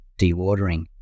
dewatering